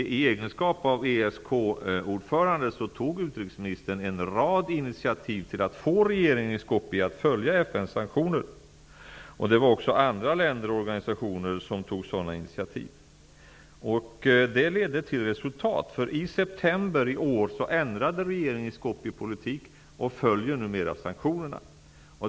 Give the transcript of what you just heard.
I egenskap av ESK-ordförande tog utrikesministern en rad initiativ till att få regeringen i Skopje att följa FN:s sanktioner. Det var också andra länder och organisationer som tog sådana initiativ. Det ledde till resultat. I september i år ändrade regeringen i Skopje politik och följer numera sanktionerna.